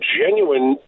genuine